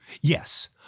Yes